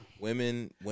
women